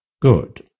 good